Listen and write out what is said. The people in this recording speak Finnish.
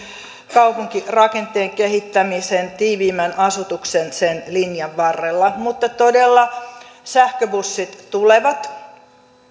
kaupunkirakenteen kehittämisen tiiviimmän asutuksen sen linjan varrella mutta todella sähköbussit tulevat